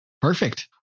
Perfect